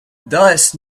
thus